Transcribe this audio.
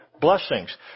blessings